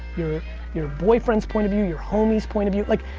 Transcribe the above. your your boyfriend's point of view, your homie's point of view. like,